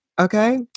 okay